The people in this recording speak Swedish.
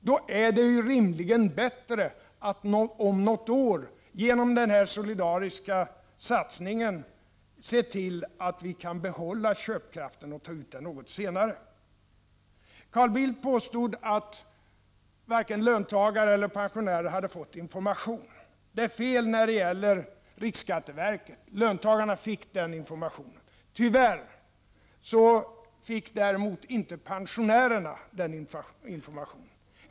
Då är det rimligen bättre att, genom denna solidariska satsning, om något år se till att vi kan behålla köpkraften och ta ut den något senare. Carl Bildt påstod att varken löntagare eller pensionärer hade fått information i dessa frågor. Detta är felaktigt i vad gäller riksskatteverket. Löntagarna fick denna information. Tyvärr blev dock inte pensionärerna informerade.